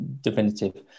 definitive